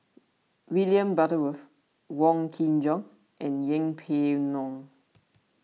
William Butterworth Wong Kin Jong and Yeng Pway Ngon